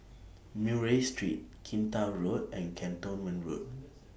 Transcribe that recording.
Murray Street Kinta Road and Cantonment Road